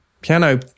piano